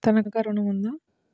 తనఖా ఋణం ఉందా?